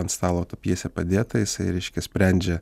ant stalo ta pjesė padėta jisai reiškia sprendžia